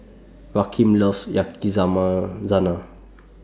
Rakeem loves Yakizakana